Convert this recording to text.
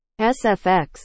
SFX